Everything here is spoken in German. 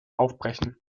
aufbrechen